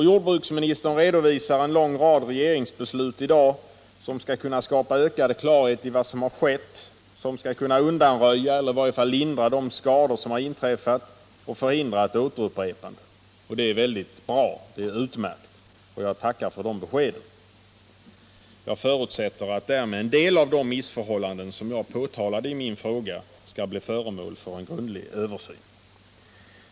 Jordbruksministern redovisar nu en lång rad regeringsbeslut som skall kunna skapa ökad klarhet i vad som skett, undanröja eller i varje fall lindra de skador som uppstått och förhindra ett upprepande. Det är mycket bra. Det är utmärkt, och jag tackar jordbruksministern för de besked han lämnat. Jag förutsätter att därmed en del av de missförhållanden som jag har påtalat i min fråga skall bli föremål för en grundlig undersökning.